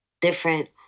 different